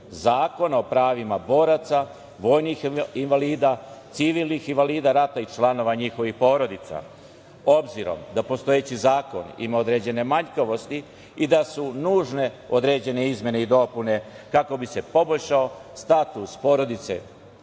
Zakona o pravima boraca, vojnih invalida, civilnih invalida, invalida rada i članova njihovih porodica? Obzirom da postojeći zakon ima određene manjkavosti i da su nužne određene izmene i dopune kako bi se poboljšao status porodice